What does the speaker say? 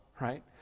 right